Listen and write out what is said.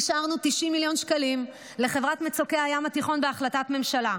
אישרנו 90 מיליון שקלים לחברת מצוקי הים התיכון בהחלטת ממשלה.